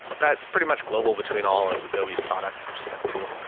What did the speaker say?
that's pretty much global between all of adobe's products, which is kind of cool.